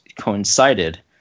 coincided